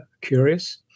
curious